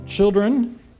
children